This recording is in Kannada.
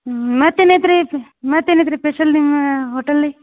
ಹ್ಞೂ ಮತ್ತೇನು ಐತ್ರಿ ಮತ್ತೇನು ಐತ್ರಿ ಪೆಷಲ್ ನಿಮ್ಮ ಹೋಟಲ್ಲಿ